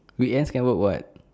weekend can work [what]